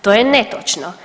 To je netočno.